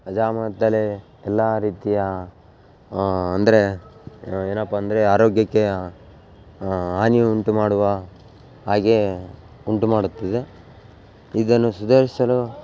jam ಆದಮೇಲೆ ಎಲ್ಲ ರೀತಿಯ ಅಂದರೆ ಏನಪ್ಪ ಅಂದರೆ ಆರೋಗ್ಯಕ್ಕೆ ಹಾನಿ ಉಂಟು ಮಾಡುವ ಹಾಗೇ ಉಂಟು ಮಾಡುತ್ತದೆ ಇದನ್ನು ಸುಧಾರಿಸಲು